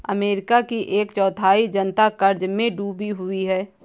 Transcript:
America की एक चौथाई जनता क़र्ज़ में डूबी हुई है